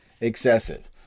excessive